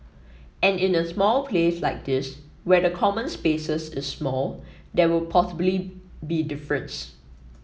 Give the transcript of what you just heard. and in a small place like this where the common spaces is small there will possibly be difference